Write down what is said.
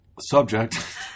Subject